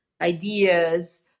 ideas